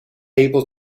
able